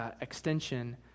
extension